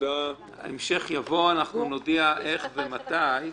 ההמשך יבוא, אנחנו נודיע איך ומתי.